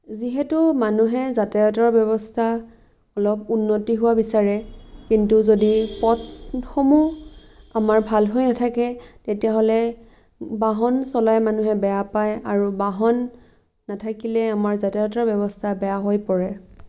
যিহেতু মানুহে যাতায়াতৰ ব্যৱস্থা অলপ উন্নতি হোৱা বিচাৰে কিন্তু যদি পথসমূহ আমাৰ ভাল হৈ নেথাকে তেতিয়াহ'লে বাহন চলাই মানুহে বেয়া পায় আৰু বাহন নেথাকিলে আমাৰ যাতায়াতৰ ব্যৱস্থা বেয়া হৈ পৰে